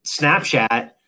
Snapchat